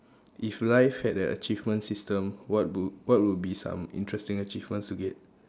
if life had an achievement system what would what would be some interesting achievements to get